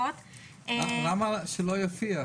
למה שלא יופיע?